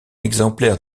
exemplaire